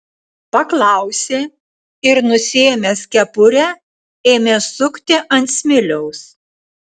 paklausė ir nusiėmęs kepurę ėmė sukti ant smiliaus